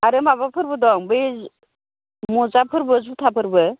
आरो माबाफोरबो दं मजाफोरबो जुथाफोरबो